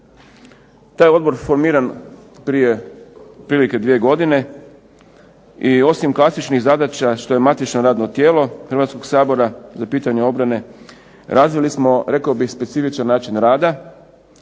Taj je odbor formiran prije otprilike dvije godine i osim klasičnih zadaća što je matično radno tijelo Hrvatskog sabora na pitanja obrane razvili smo rekao bih specifičan način rada,